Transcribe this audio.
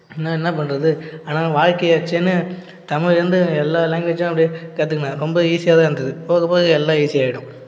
ஆனால் என்னா பண்ணுறது ஆனாலும் வாழ்கையாச்சேன்னு தமிழ்லேருந்து எல்லா லாங்குவேஜ்ஜும் அப்படியே கற்றுக்குனேன் ரொம்ப ஈசியாக தான் இருந்தது போகப் போக எல்லாம் ஈசியாகிடும்